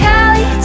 Cali